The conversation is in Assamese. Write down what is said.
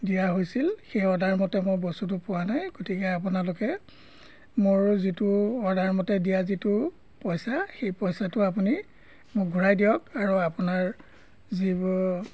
দিয়া হৈছিল সেই অৰ্ডাৰমতে মই বস্তুটো পোৱা নাই গতিকে আপোনালোকে মোৰ যিটো অৰ্ডাৰমতে দিয়া যিটো পইচা সেই পইচাটো আপুনি মোক ঘূৰাই দিয়ক আৰু আপোনাৰ যিবোৰ